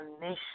nation